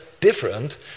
different